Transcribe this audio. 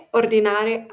ordinare